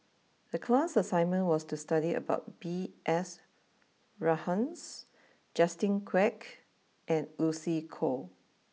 the class assignment was to study about B S Rajhans Justin Quek and Lucy Koh